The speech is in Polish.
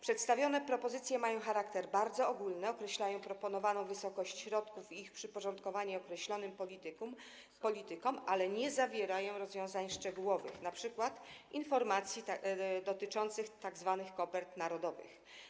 Przedstawione propozycje mają charakter bardzo ogólny, określają proponowaną wysokość środków i ich przyporządkowanie określonym politykom, ale nie zawierają rozwiązań szczegółowych, np. informacji dotyczących tzw. kopert narodowych.